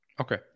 okay